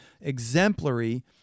exemplary